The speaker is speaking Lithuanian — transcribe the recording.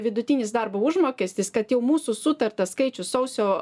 vidutinis darbo užmokestis kad jau mūsų sutartas skaičius sausio